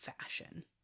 fashion